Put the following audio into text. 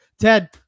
Ted